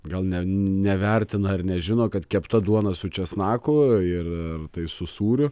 gal ne nevertina ir nežino kad kepta duona su česnaku ir ir tai su sūriu